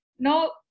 No